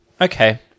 Okay